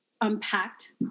unpacked